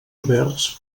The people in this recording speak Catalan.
oberts